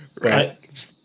Right